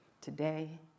today